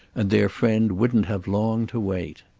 and their friend wouldn't have long to wait.